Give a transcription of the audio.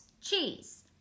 cheese